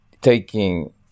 taking